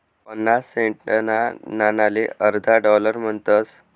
पन्नास सेंटना नाणाले अर्धा डालर म्हणतस